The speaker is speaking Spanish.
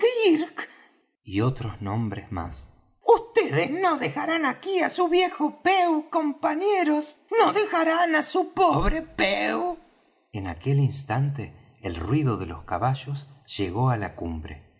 y otros nombres más vds no dejarán aquí á su viejo pew compañeros no dejarán á su pobre pew en aquel instante el ruido de los caballos llegó á la cumbre